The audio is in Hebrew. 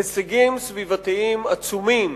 הישגים סביבתיים עצומים